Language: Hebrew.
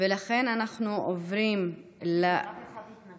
הליכוד וקבוצת סיעת הציונות הדתית לסעיף 4 לא נתקבלה.